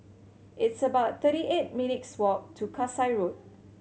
it's about thirty eight minutes' walk to Kasai Road